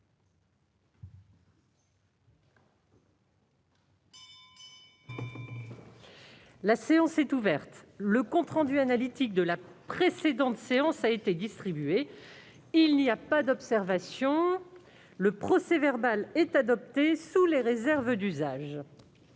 La séance est ouverte. Le compte rendu analytique de la précédente séance a été distribué. Il n'y a pas d'observation ?... Le procès-verbal est adopté sous les réserves d'usage.